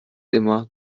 immer